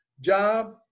job